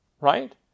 right